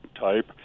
type